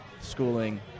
schooling